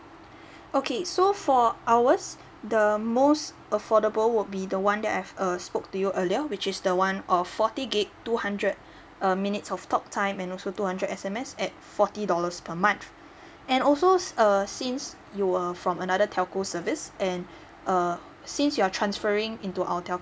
okay so for ours the most affordable would be the one that I've err spoke to you earlier which is the one of forty gig two hundred uh minutes of talk time and also two hundred S_M_S at forty dollars per month and also err since you were from another telco service and uh since you're transferring into our telco